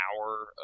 hour